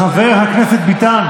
חבר הכנסת דוד ביטן, חבר הכנסת ביטן.